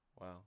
Wow